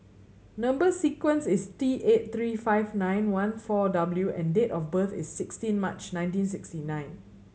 number sequence is T eight three five nine one four W and date of birth is sixteen March nineteen sixty nine